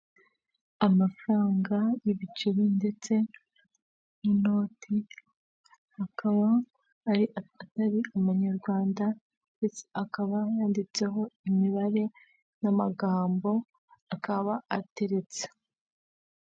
Amafaranga y'ibiceri ndetse n'inoti akaba atar’amanyarwanda, ndetse akaba yanditseho imibare n'amagambo, akaba ateretse.